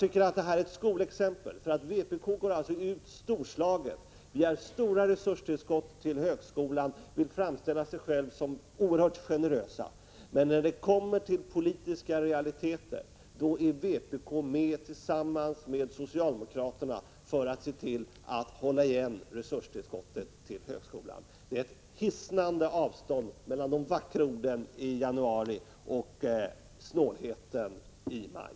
Det här är ett skolexempel på hur vänsterpartiet kommunisterna alltid går ut storslaget och begär resurstillskott till högskolan och vill framställa sig självt som oerhört generöst. Men när man kommer till den politiska realiteten ser vpk tillsammans med socialdemokraterna till att hålla igen resurstillskotten till högskolan. Det är ett hissnande avstånd mellan de vackra orden i januari och snålheten i maj.